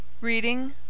Reading